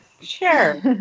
Sure